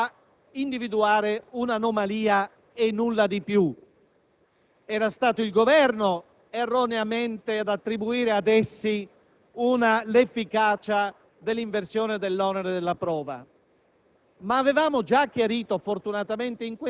devono avere come conseguenza la presunzione semplice, quindi non l'inversione dell'onere della prova, invece in questo caso ci limitiamo ai soli indicatori di normalità,